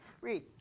Read